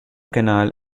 canal